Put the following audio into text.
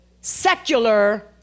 secular